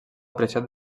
apreciat